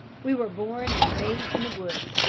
we were born and raised in the woods.